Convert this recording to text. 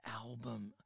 album